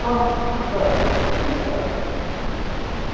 अ हा बरें तर बरें